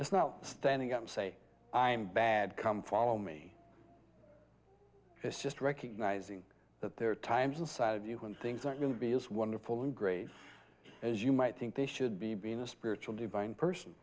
it's not standing up to say i'm bad come follow me it's just recognizing that there are times a side of you when things aren't going to be as wonderful in grace as you might think they should be being a spiritual divine person